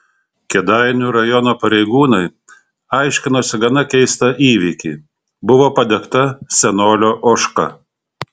kėdainių rajono pareigūnai aiškinosi gana keistą įvykį buvo padegta senolio ožka